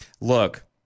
Look